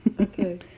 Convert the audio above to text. Okay